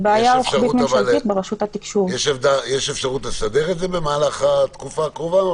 יש אפשרות לסדר את זה במהלך התקופה הקרובה?